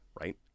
Right